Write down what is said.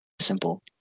simple